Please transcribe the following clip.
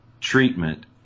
treatment